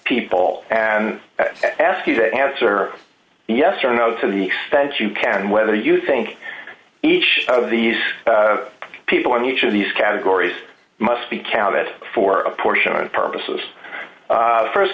people and ask you to answer yes or no to the extent you can whether you think each of these people in each of these categories must be counted for a portion or purposes